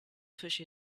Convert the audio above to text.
push